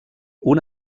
una